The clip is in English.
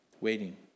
Waiting